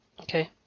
Okay